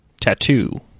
Tattoo